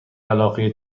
علاقه